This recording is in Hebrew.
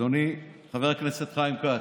אדוני חבר הכנסת חיים כץ,